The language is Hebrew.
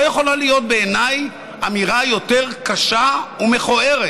לא יכולה להיות בעיניי אמירה יותר קשה ומכוערת.